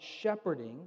shepherding